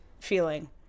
feeling